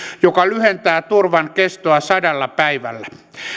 joka lyhentää turvan kestoa sadalla päivällä